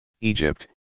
Egypt